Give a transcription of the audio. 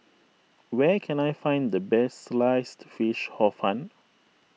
where can I find the best Sliced Fish Hor Fun